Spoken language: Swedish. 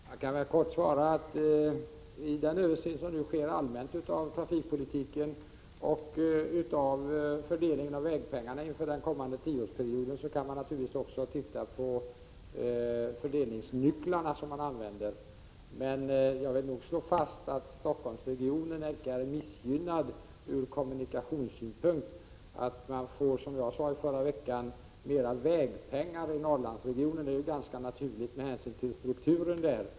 Herr talman! Jag kan väl kort svara att man i den översyn som nu allmänt sker av trafikpolitiken och fördelningen av vägpengarna inför den kommande tioårsperioden naturligtvis också kan titta på de fördelningsnycklar som man använder. Jag vill emellertid slå fast att Stockholmsregionen nog icke är missgynnad ur kommunikationssynpunkt. Att man, som jag sade i förra veckan, får mera vägpengar i Norrlandsregionen är ju ganska naturligt med hänsyn till strukturen där.